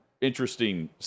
Interesting